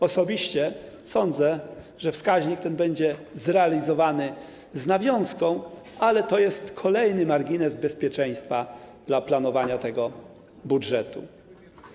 Osobiście sądzę, że wskaźnik ten będzie zrealizowany z nawiązką, ale to jest kolejny margines bezpieczeństwa dla planowania tego budżetu.